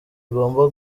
igomba